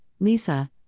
Lisa